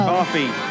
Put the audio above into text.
Coffee